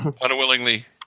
Unwillingly